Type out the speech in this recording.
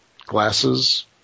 glasses